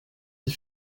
des